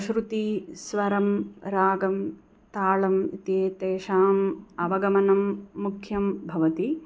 श्रुतिः स्वरं रागं तालम् इति एतेषाम् अवगमनं मुख्यं भवति